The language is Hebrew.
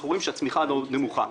אנחנו רואים שהצמיחה נמוכה.